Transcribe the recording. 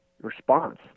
response